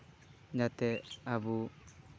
ᱡᱟᱛᱮ ᱟᱵᱚ